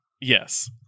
Yes